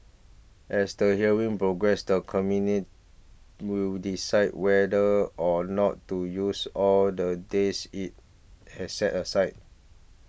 as the hearings progress the Committee will decide whether or not to use all the days it has set aside